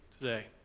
today